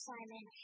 Simon